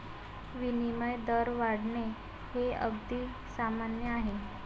विनिमय दर वाढणे हे अगदी सामान्य आहे